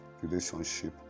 Relationship